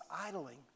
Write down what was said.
idling